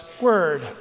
Word